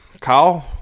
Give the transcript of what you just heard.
Kyle